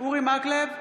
אורי מקלב,